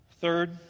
Third